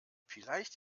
vielleicht